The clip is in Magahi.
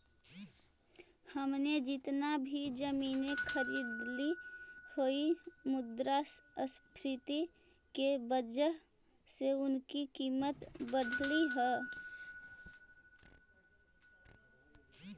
हमने जितना भी जमीनें खरीदली हियै मुद्रास्फीति की वजह से उनकी कीमत बढ़लई हे